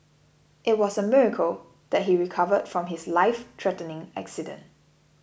it was a miracle that he recovered from his lifethreatening accident